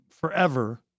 forever